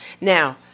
Now